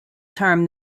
term